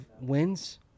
wins